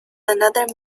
another